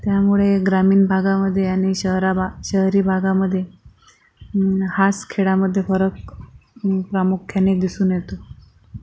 त्यामुळे ग्रामीण भागामधे आणि शहरा भा शहरी भागामध्ये हास खेळामधे फरक प्रामुख्याने दिसून येतो